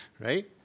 right